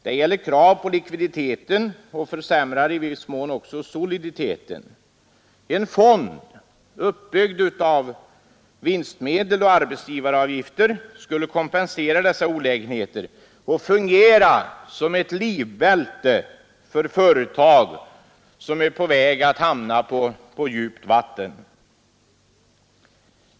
Det ställer krav på likviditeten och försämrar i viss mån också soliditeten. En fond uppbyggd av vinstmedel och arbetsgivaravgifter skulle kompensera dessa olägenheter och fungera som ett livbälte för företag som är på väg att hamna på djupt vatten.